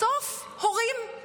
בסוף, הורים,